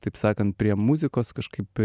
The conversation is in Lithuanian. taip sakant prie muzikos kažkaip